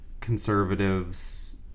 Conservatives